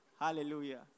Hallelujah